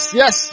yes